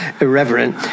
irreverent